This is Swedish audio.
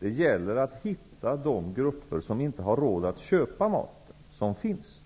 Det gäller att hitta de grupper som inte har råd att köpa den mat som finns.